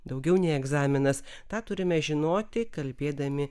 daugiau nei egzaminas tą turime žinoti kalbėdami